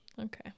Okay